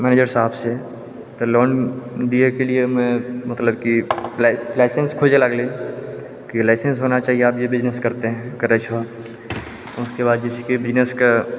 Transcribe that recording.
manager साहब से तऽ लोन दिएके लिए मतलब कि लाइसेन्स खोजऽ लागलै कि लाइसेन्स होना चाही आप जो बिजनेस करते है करै छौ उसके बाद जस्ट बिजनेसके